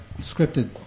scripted